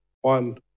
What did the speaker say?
one